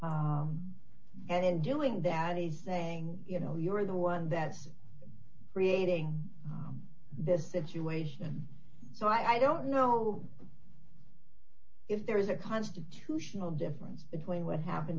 and in doing that is saying you know you are the one that's creating this situation so i don't know if there is a constitutional difference between what happened